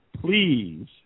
please